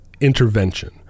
intervention